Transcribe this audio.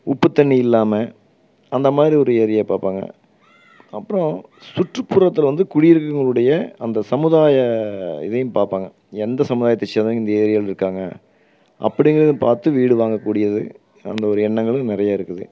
உப்பு தண்ணிர் இல்லாமல் அந்த மாதிரி ஒரு ஏரியா பார்ப்பாங்க அப்புறம் சுற்றுப்புறத்தில் வந்து குடிநீர்னுடைய அந்த சமுதாய இதையும் பார்ப்பாங்க எந்த சமுதாயத்தை சேந்தவங்க இந்த ஏரியாவிலருக்காங்க அப்டிங்கிறதயும் பார்த்து வீடு வாங்க கூடியது அந்த ஒரு எண்ணங்கள் நிறைய இருக்குது